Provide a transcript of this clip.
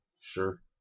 Sure